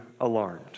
alarmed